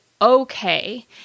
okay